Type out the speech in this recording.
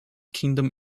kingdom